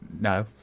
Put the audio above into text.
No